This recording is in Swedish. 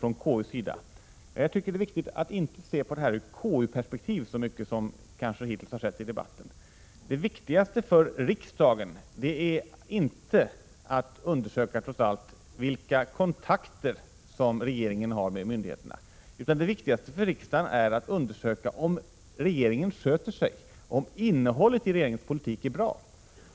Jag tycker att det är viktigt att inte se på det här ur KU-perspektiv så mycket som kanske hittills har skett i debatten. Det viktigaste för riksdagen är trots allt inte att undersöka vilka kontakter som regeringen har med myndigheterna, utan det är att undersöka om regeringen sköter sig, om innehållet i regeringens politik är bra.